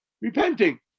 repenting